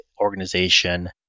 organization